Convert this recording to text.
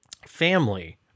family